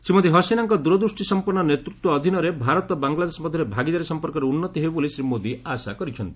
ଶ୍ରୀମତୀ ହାସିନାଙ୍କ ଦୂରଦୃଷ୍ଟିସଂପନ୍ନ ନେତୃତ୍ୱ ଅଧୀନରେ ଭାରତ ବାଂଲାଦେଶ ମଧ୍ୟରେ ଭାଗିଦାରୀ ସଂପର୍କରେ ଉନ୍ନତି ହେବ ବୋଲି ଶ୍ରୀ ମୋଦି ଆଶା କରିଛନ୍ତି